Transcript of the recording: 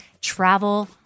travel